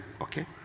Okay